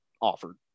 offered